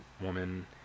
Woman